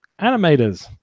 animators